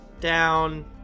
down